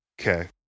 Okay